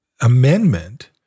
amendment